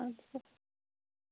آد سا